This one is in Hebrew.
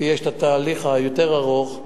כי יש התהליך היותר-ארוך,